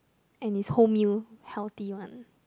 and it's wholemeal healthy one